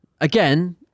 Again